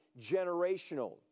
generational